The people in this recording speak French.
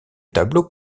tableau